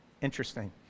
Interesting